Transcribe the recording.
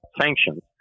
sanctions